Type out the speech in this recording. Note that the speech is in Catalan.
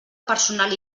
personal